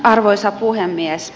arvoisa puhemies